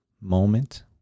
moment